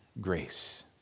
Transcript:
grace